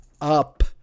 up